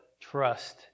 trust